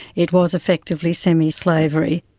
it was effectively semi-slavery.